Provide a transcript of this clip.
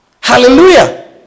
Hallelujah